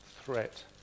threat